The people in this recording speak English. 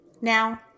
Now